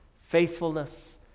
faithfulness